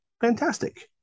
fantastic